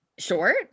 Short